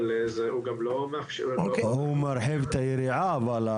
אבל הוא גם לא מאפשר -- הוא מרחיב את יריעה אבל,